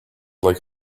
like